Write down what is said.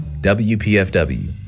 WPFW